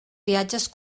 viatges